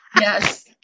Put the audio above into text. Yes